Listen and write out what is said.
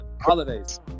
Holidays